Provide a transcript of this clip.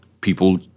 people